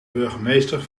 burgemeester